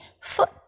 Foot